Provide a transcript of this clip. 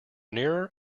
nearer